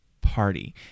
party